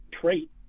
trait